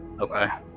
Okay